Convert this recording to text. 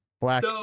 Black